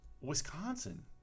Wisconsin